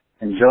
enjoy